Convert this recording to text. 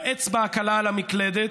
האצבע הקלה על המקלדת,